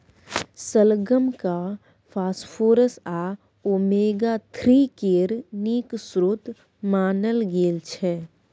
शलगम केँ फास्फोरस आ ओमेगा थ्री केर नीक स्रोत मानल गेल छै